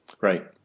Right